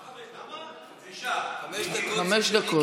מה חמש דקות?